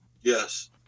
Yes